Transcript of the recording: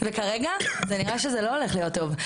וכרגע זה נראה שזה לא הולך להיות טוב.